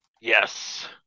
Yes